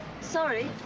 Sorry